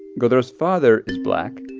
godreau's father is black.